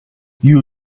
you